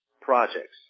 projects